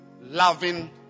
Loving